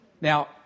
Now